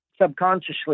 subconsciously